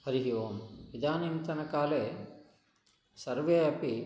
हरिः ओम् इदानीन्तनकाले सर्वे अपि